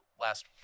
last